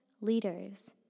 leaders